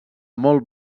molt